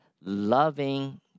loving